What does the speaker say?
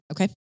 Okay